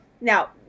now